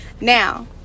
now